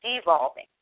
devolving